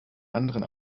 anderen